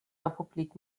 republik